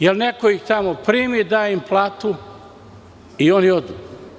Jer, neko ih tamo primi, da im dobru platu i oni odu.